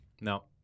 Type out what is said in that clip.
No